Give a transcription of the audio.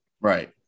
Right